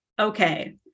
okay